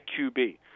QB